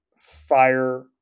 fire